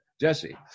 Jesse